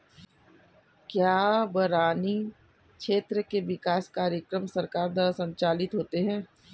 क्या बरानी क्षेत्र के विकास कार्यक्रम सरकार द्वारा संचालित होते हैं?